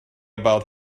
about